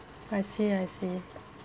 I see I see